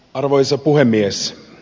arvoisa puhemies